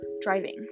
driving